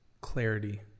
clarity